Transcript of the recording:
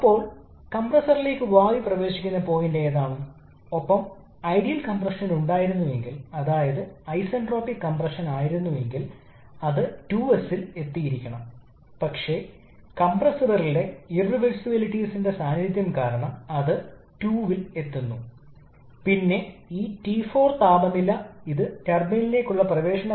അതുപോലെ ടർബൈനിനും ഒരു പ്രദർശനവും മാറ്റാനാവാത്തതുമാണ് വിപുലീകരണം ഇത് ഒരു അനുയോജ്യമായ വിപുലീകരണ ഐസന്റ്രോപിക് വിപുലീകരണമായിരുന്നെങ്കിൽ അത് പോയിന്റിലെത്തുമായിരുന്നു 4 സെ എന്നാൽ മാറ്റാനാവാത്തതിനാൽ ഈ സമയത്ത് എൻട്രോപ്പി ജനറേഷൻ ഉണ്ട് പ്രോസസ്സ് ചെയ്യുന്നതിനാൽ അത് വലത് മുതൽ പോയിന്റ് നമ്പർ 4 ലേക്ക് മാറ്റാൻ പോകുന്നു